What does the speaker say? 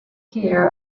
here